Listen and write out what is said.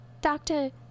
doctor